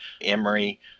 Emory